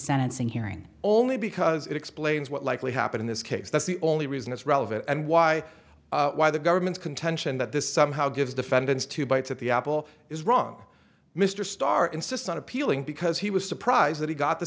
sentencing hearing only because it explains what likely happened in this case that's the only reason it's relevant and why why the government's contention that this somehow gives defendants two bites at the apple is wrong mr starr insists on appealing because he was surprised that he got the